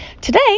Today